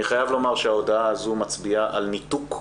אני חייב לומר שההודעה הזו מצביעה על ניתוק,